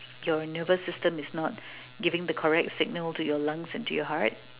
your nervous system is not giving the correct signal to your lungs and to your heart